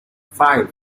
five